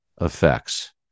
effects